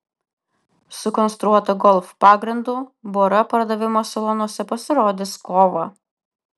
sukonstruota golf pagrindu bora pardavimo salonuose pasirodys kovą